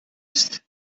ist